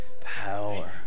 power